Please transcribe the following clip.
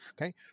okay